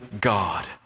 God